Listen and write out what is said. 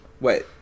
Wait